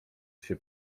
się